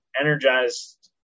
energized